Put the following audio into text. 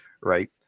Right